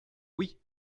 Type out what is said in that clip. oui